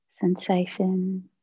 sensation